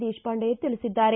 ದೇಶಪಾಂಡೆ ತಿಳಿಸಿದ್ದಾರೆ